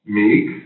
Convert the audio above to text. meek